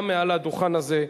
גם מעל הדוכן הזה,